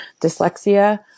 dyslexia